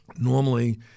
normally